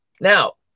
Now